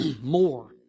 more